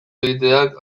egiteak